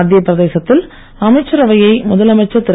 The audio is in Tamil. மக்கிய பிரதேசத்தில் அமைச்சரவையை முதலமைச்சர் திரு